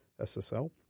SSL